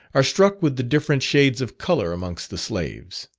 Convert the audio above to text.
are struck with the different shades of colour amongst the slaves.